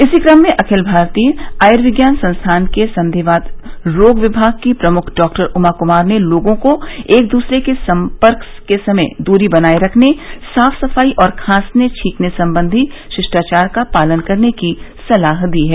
इसी क्रम में अखिल भारतीय आयुर्विज्ञान संस्थान के संधिवात रोग विभाग की प्रमुख डॉ उमा कुमार ने लोगों को एक दूसरे से सम्पर्क के समय दूरी बनाए रखने साफ सफाई और खांसने छींकने संबंधी शिष्टाचार का पालन करने की सलाह दी है